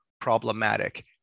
problematic